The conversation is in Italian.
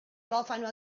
cofano